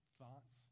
thoughts